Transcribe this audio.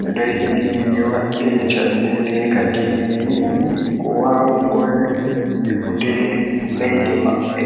Miɗo yiɗi wiiɗde caɗeele kadi mi yeddi ko waawugol yi'ude leydi maɓɓe.